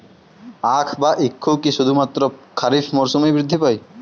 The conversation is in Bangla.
আখ বা ইক্ষু কি শুধুমাত্র খারিফ মরসুমেই বৃদ্ধি পায়?